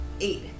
Eight